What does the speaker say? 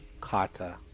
Kata